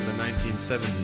nineteen seventy